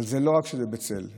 אבל לא רק שזה בצל,